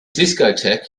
discotheque